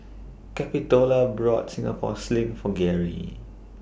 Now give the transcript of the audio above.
Capitola bought Singapore Sling For Gary